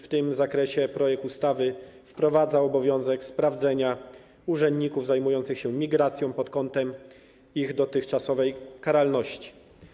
W tym zakresie projekt ustawy wprowadza obowiązek sprawdzenia urzędników zajmujących się migracją pod kątem ich dotychczasowej karalności.